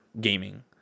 gaming